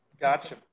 Gotcha